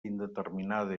indeterminada